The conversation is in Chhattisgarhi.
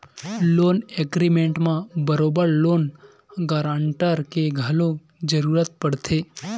लोन एग्रीमेंट म बरोबर लोन गांरटर के घलो जरुरत पड़थे